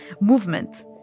movement